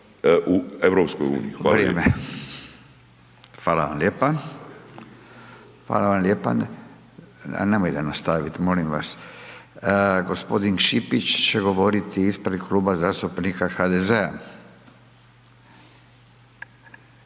(Nezavisni)** Fala vam ljepa. Fala vam ljepa. Nemojte nastavit molim vas. g. Šipić će govoriti ispred Kluba zastupnika HDZ-a.